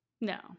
No